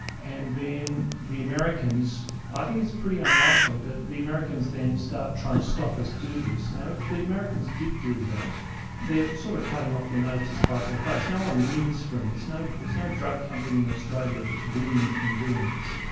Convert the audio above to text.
and then the americans. i think it's pretty unlikely, but the americans then start trying to stop us do this. if if the americans did do that they're sort of cutting off their nose to spite their face. no-one wins from this, there's no drug company in australia that's winning from doing this,